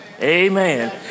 Amen